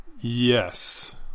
yes